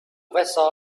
vessel